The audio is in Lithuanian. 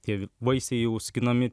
tie vaisiai jau skinami